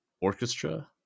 orchestra